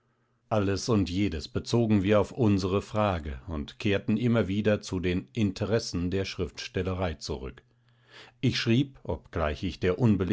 alles und jedes bezogen wir auf unsere frage und kehrten immer wieder zu den interessen der schriftstellerei zurück ich schrieb obgleich ich der